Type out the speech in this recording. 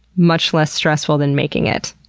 much less stressful than making it.